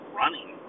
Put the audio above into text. running